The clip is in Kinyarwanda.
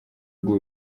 bw’u